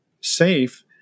safe